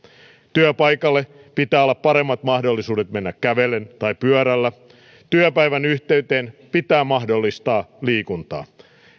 työpaikalle pitää olla paremmat mahdollisuudet mennä kävellen tai pyörällä työpäivän yhteyteen pitää mahdollistaa liikuntaa